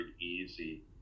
easy